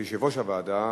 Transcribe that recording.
שהוא יושב-ראש הוועדה,